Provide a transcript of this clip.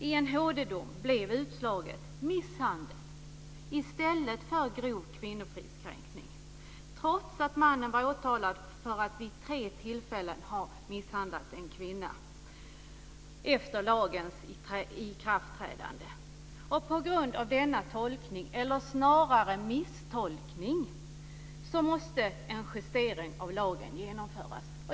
I en HD-dom blev utslaget misshandel i stället för grov kvinnofridskränkning, trots att mannen var åtalad för att vid tre tillfällen ha misshandlat en kvinna efter den här lagens ikraftträdande. På grund av denna tolkning - eller snarare misstolkning - måste en justering av lagen genomföras.